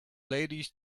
ladies